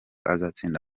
azatsinda